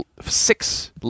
six